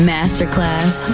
Masterclass